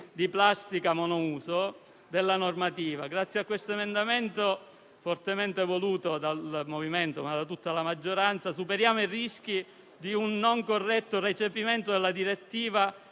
di plastica monouso dalla normativa. Grazie a questo emendamento, fortemente voluto dal MoVimento 5 Stelle e da tutta la maggioranza, superiamo i rischi di un non corretto recepimento della direttiva